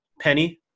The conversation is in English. Penny